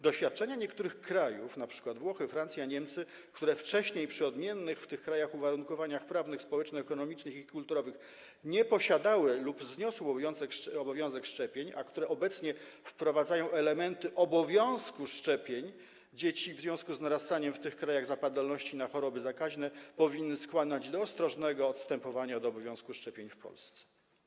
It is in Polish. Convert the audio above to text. Doświadczenia niektórych krajów, np. Włoch, Francji i Niemiec, które wcześniej - przy odmiennych w tych krajach uwarunkowaniach prawnych, społeczno-ekonomicznych i kulturowych - nie miały obowiązku szczepień lub go zniosły, a obecnie wprowadzają elementy obowiązku szczepień dzieci w związku z narastaniem w tych krajach zapadalności na choroby zakaźne, powinny skłaniać do ostrożnego odstępowania od obowiązku szczepień w Polsce.